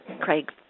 Craig